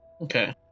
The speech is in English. okay